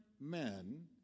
men